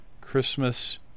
Christmas